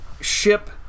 ship